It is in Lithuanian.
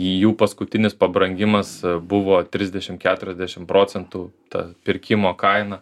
jų paskutinis pabrangimas buvo trisdešim keturiasdešim procentų ta pirkimo kaina